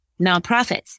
nonprofits